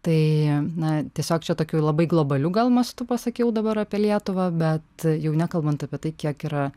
tai na tiesiog čia tokiu labai globaliu gal mastu pasakiau dabar apie lietuvą bet jau nekalbant apie tai kiek yra